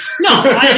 No